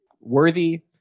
worthy